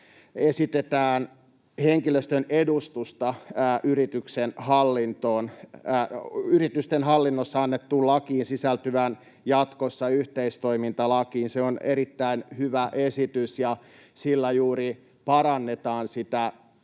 esitetään henkilöstön edustuksesta yritysten hallinnossa annetun lain sisältyvän jatkossa yhteistoimintalakiin. Se on erittäin hyvä esitys, ja sillä juuri parannetaan sitä